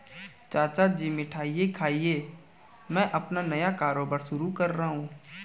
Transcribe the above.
चाचा जी मिठाई खाइए मैं अपना नया कारोबार शुरू कर रहा हूं